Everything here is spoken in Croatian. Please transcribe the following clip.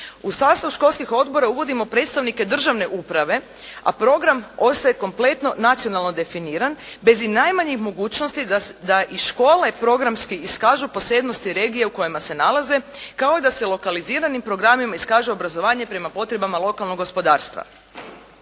U sastav školskih odbora uvodimo predstavnike državne uprave, a program ostaje kompletno nacionalno definiran bez i najmanjih mogućnosti da i škole programski iskažu posebnosti regije u kojima se nalaze kao i da se lokaliziranim programima iskaže obrazovanje prema potrebama lokalnog gospodarstva.